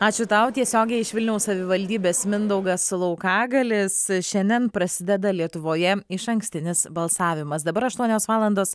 ačiū tau tiesiogiai iš vilniaus savivaldybės mindaugas laukagaliais šiandien prasideda lietuvoje išankstinis balsavimas dabar aštuonios valandos